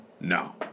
No